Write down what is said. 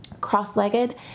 cross-legged